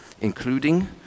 including